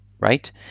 right